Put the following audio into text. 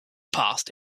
passed